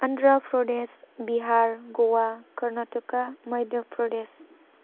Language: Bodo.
अन्ध्र' प्रदेस बिहार गवा कर्नाटका मध्य' प्रदेस